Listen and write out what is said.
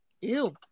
Ew